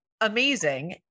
amazing